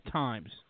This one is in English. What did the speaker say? times